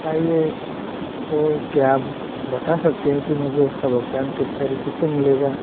चाहिए तो क्या आप बता सकते हैं कि मुझे उसका भुगतान किस तरीके से मिलेगा